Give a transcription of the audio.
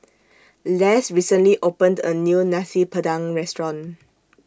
Less recently opened A New Nasi Padang Restaurant